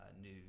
new